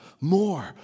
more